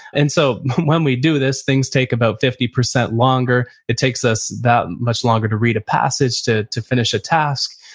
and so when we do this, things take about fifty percent longer. it takes us that much longer to read a passage, to to finish a task.